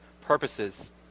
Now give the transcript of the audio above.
purposes